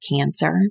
cancer